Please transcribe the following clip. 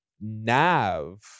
Nav